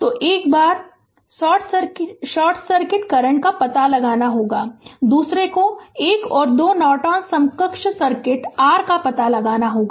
तो एक बार शॉर्ट सर्किट करंट का पता लगाना होगा दूसरे को 1 और 2 नॉर्टन समकक्ष सर्किट में r का पता लगाना होगा